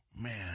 Man